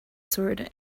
sword